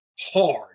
hard